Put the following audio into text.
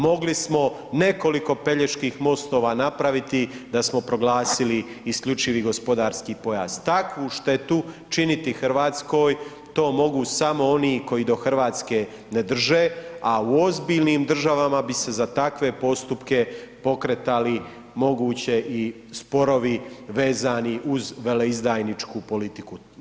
Mogli smo nekoliko Peljeških mostova napraviti da smo proglasili isključivi gospodarski pojas, takvu štetu činiti Hrvatskoj to mogu samo oni koji do Hrvatske ne drže, a u ozbiljnim državama bi se za takve postupke pokretali moguće i sporovi vezani uz veleizdajničku politiku.